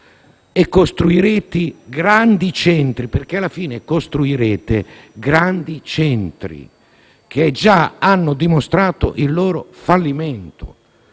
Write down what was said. e costruendo grandi centri, perché alla fine costruirete grandi centri, che già hanno dimostrato il loro fallimento.